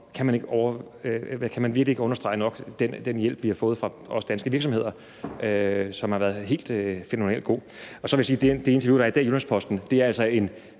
kan man virkelig ikke understrege nok den hjælp, som vi også har fået fra danske virksomheder, som har været helt fænomenalt god. Så vil jeg sige, at det interview, der er i dag i Jyllands-Posten, altså er